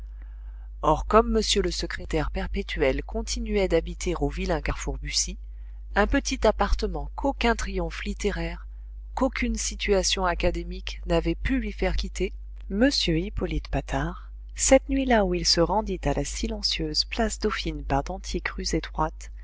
or comme m le secrétaire perpétuel continuait d'habiter au vilain carrefour buci un petit appartement qu'aucun triomphe littéraire qu'aucune situation académique n'avaient pu lui faire quitter m hippolyte patard cette nuit-là où il se rendit à la silencieuse place dauphine par d'antiques rues étroites